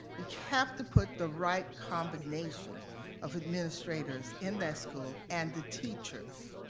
like have to put the right combination of administrators in that school, and the teachers.